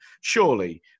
Surely